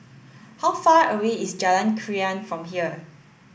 how far away is Jalan Krian from here